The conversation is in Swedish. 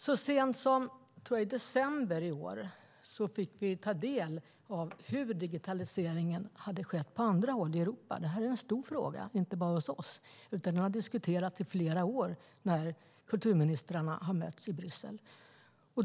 Så sent som i december fick vi ta del av hur det har gått med digitaliseringen på andra håll i Europa. Det är en stor fråga inte bara hos oss, utan den har diskuterats i flera år när kulturministrarna har mötts i Bryssel.